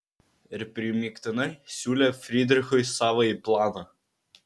ir primygtinai siūlė frydrichui savąjį planą